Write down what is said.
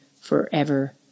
forever